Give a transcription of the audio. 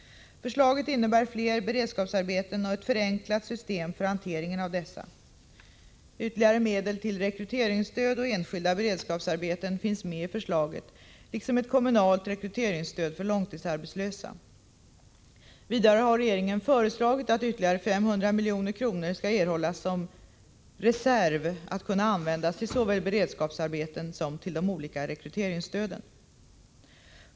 Förslaget innebär fler beredskapsarbeten och ett förenklat system för hanteringen av dessa. Ytterligare medel till rekryteringsstöd och enskilda beredskapsarbeten finns med i förslaget liksom ett kommunalt rekryteringsstöd för långtidsarbetslösa. Vidare har regeringen föreslagit att ytterligare 500 milj.kr. skall erhållas som en reserv att kunna användas till såväl beredskapsarbeten som till de olika rekryteringsstöden.